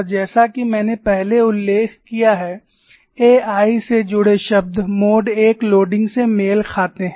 और जैसा कि मैंने पहले उल्लेख किया है A I से जुड़े शब्द मोड I भार से मेल खाते हैं